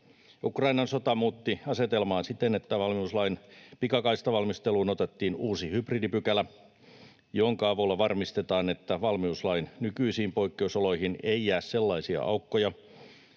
Ukrainan sota muutti asetelmaa siten, että valmiuslain pikakaistavalmisteluun otettiin uusi hybridipykälä, jonka avulla varmistetaan, että valmiuslain nykyisiin poikkeusoloihin ei jää sellaisia aukkoja,